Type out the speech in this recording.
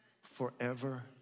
forever